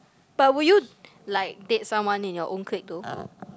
but will you like date someone in your own clique though